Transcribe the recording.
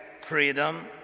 freedom